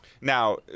Now